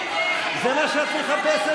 זה מה שאת מחפשת?